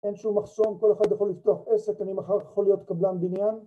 אין שום מחסום, כל אחד יכול לפתוח עסק, אני מחר יכול להיות קבלן בניין